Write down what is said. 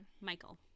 Michael